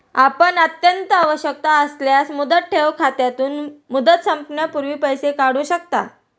आपण अत्यंत आवश्यकता असल्यास मुदत ठेव खात्यातून, मुदत संपण्यापूर्वी पैसे काढू शकता